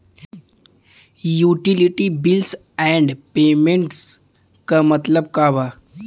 Utility bills and payments क मतलब का बा?